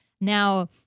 Now